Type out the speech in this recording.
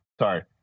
sorry